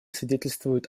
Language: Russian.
свидетельствует